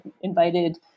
invited